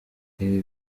ibi